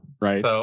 Right